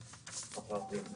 בבקשה.